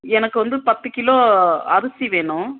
எனக்கு வந்து பத்து கிலோ அரிசி வேணும்